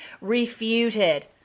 refuted